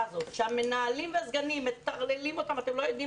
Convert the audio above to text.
הזאת שהמנהלים והסגנים מטרללים אותם ואתם לא יודעים